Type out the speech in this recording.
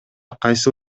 кайсыл